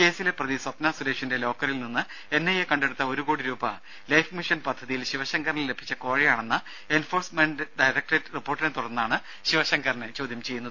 കേസിലെ പ്രതി സ്വപ്ന സുരേഷിന്റെ ലോക്കറിൽ നിന്ന് എൻ ഐ എ കണ്ടെടുത്ത ഒരു കോടി രൂപ ലൈഫ് മിഷൻ പദ്ധതിയിൽ ശിവശങ്കറിന് ലഭിച്ച കോഴയാണെന്ന എൻഫോഴ്സ്മെന്റ് ഡയറക്ടറേറ്റ് റിപ്പോർട്ടിനെത്തുടർന്നാണ് ശിവശങ്കറിനെ ചോദ്യം ചെയ്യുന്നത്